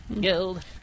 Guild